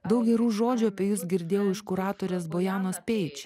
daug gerų žodžių apie jus girdėjau iš kuratorės bojanos peič